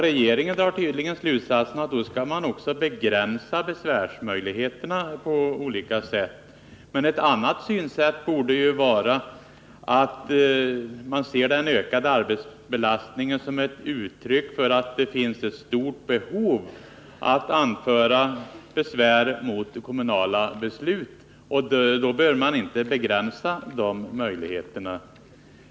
Regeringen drar tydligen därav slutsatsen att man därav skall begränsa besvärsmöjligheterna på olika sätt. Men ett annat synsätt borde vara att man ser den ökade arbetsbelastningen som ett uttryck för att det finns ett stort behov av att anföra besvär mot kommunala beslut, och då bör man ju inte begränsa de möjligheterna.